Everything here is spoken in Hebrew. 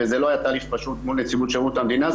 וזה לא היה תהליך פשוט מול נציבות שירות המדינה.